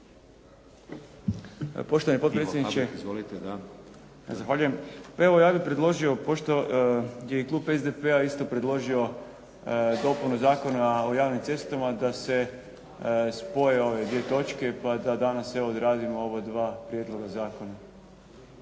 **Habek, Mario (SDP)** Zahvaljujem. Pa evo ja bih predložio pošto je i klub SDP-a isto predložio dopune Zakona o javnim cestama da se spoje ove dvije točke, pa da danas evo odradimo ova dva prijedloga zakona.